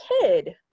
kid